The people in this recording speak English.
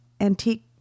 antique